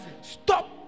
Stop